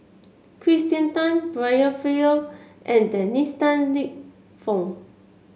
Kirsten Tan Brian Farrell and Dennis Tan Lip Fong